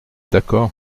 d’accord